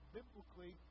Biblically